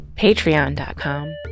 Patreon.com